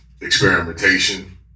experimentation